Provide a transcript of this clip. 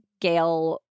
Gail